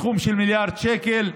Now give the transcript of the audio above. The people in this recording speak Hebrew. בסכום של מיליארד שקל.